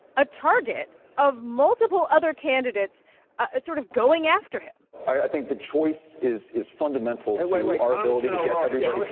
a target of multiple other candidates ah sort of going after him i think the choice is is fundamental to our ability to get everybody.